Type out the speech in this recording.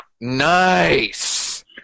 Nice